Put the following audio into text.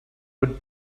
good